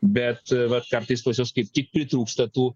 bet kartais pas juos kaip tik pritrūksta tų